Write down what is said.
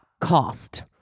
cost